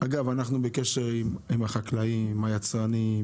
ואגב אנחנו בקשר עם החקלאים, עם היצרנים,